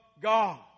God